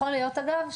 יכול להיות אגב,